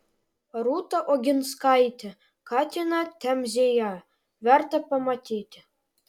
rūta oginskaitė katiną temzėje verta pamatyti